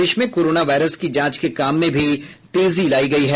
देश में corona virus की जांच के काम में भी तेजी लाई गई है